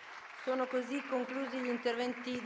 link apre una nuova